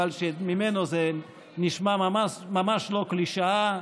אבל ממנו זה נשמע ממש לא קלישאה: